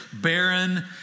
barren